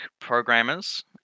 programmers